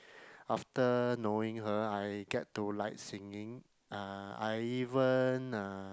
after knowing her I get to like singing (uh)I even uh